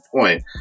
point